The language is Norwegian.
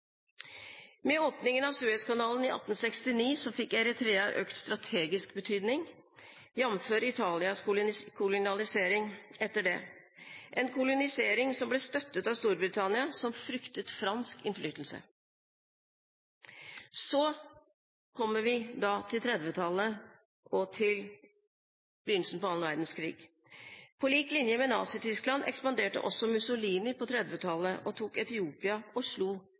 Med åpningen av Suezkanalen i 1869 fikk Eritrea økt strategisk betydning, jamfør Italias kolonisering etter det. Dette var en kolonisering som ble støttet av Storbritannia, som fryktet fransk innflytelse. Så kommer vi til 1930-tallet og til begynnelsen av annen verdenskrig. På lik linje med Nazi-Tyskland ekspanderte også Mussolini på 1930-tallet. Han tok Etiopia og slo